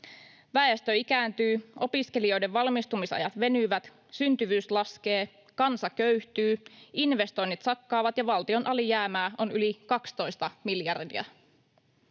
Väestö ikääntyy, opiskelijoiden valmistumisajat venyvät, syntyvyys laskee, kansa köyhtyy, investoinnit sakkaavat, ja valtion alijäämää on yli 12 miljardia.